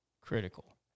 critical